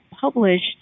published